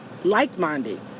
like-minded